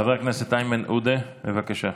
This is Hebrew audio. חבר הכנסת איימן עודה, בבקשה.